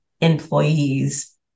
employees